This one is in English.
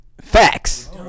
facts